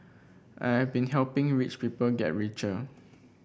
I'd been helping rich people get richer